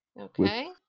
Okay